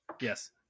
Yes